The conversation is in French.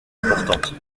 importante